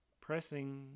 pressing